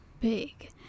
big